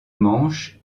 manche